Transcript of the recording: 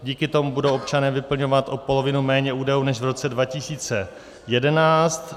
Díky tomu budou občané vyplňovat o polovinu méně údajů než v roce 2011.